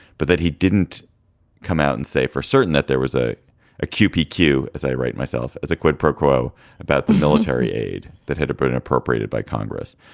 but that he didn't come out and say for certain that there was a q p q as i write myself as a quid pro quo about the military aid that had been and appropriated by congress.